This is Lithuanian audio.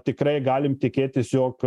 tikrai galim tikėtis jog